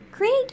Create